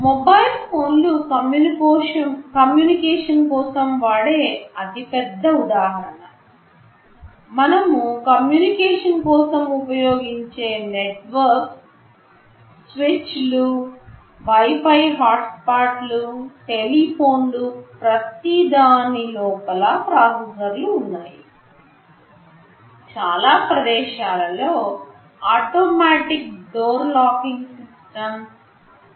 mobile phone లు communication కోసం వాడే అతిపెద్ద ఉదాహరణ మనము కమ్యూనికేషన్ కోసం ఉపయోగించే నెట్వర్క్ స్విచ్ లు వై ఫై హాట్స్పాట్లు టెలిఫోన్లు ప్రతి దాని లోపల ప్రాసెసర్లు ఉన్నాయి చాలా ప్రదేశాలలో ఆటోమేటిక్ డోర్ లాకింగ్ సిస్టమ్స్ చూస్తున్నాము